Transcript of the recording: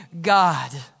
God